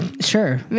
Sure